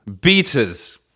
beaters